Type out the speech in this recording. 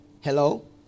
Hello